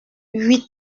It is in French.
huit